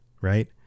right